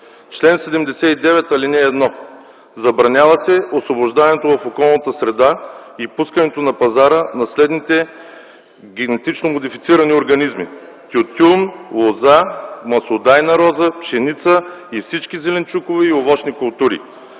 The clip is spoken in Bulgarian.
„Чл. 79. (1) Забранява се освобождаването в околната среда и пускането на пазара на следните генетично модифицирани организми: тютюн, лозя, маслодайна роза, пшеница и всички зеленчукови овощни култури.